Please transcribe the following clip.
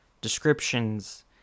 descriptions